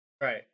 Right